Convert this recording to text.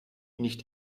nicht